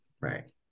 right